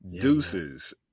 Deuces